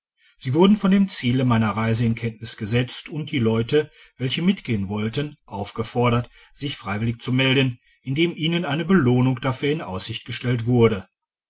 sie wurden von dem ziele meiner reise in kenntnis gesetzt und die leute welche mitgehen wollten aufgefordert sich freiwillig zu melden indem ihnen eine belohnung dafür in aussicht gestellt wurde